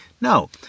No